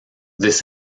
this